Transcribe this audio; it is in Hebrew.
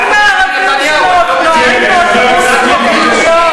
מה עם הערבים שנוהרים באוטובוסים לקלפיות?